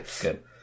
good